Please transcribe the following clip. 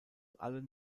allen